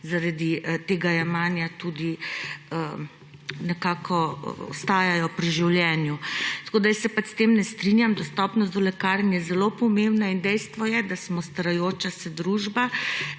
zaradi tega jemanja tudi nekako ostajajo pri življenju. Tako da jaz se pač s tem ne strinjam. Dostopnost do lekarn je zelo pomembna in dejstvo je, da smo starajoča se družba